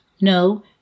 No